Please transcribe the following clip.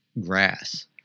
grass